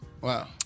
Wow